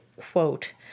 quote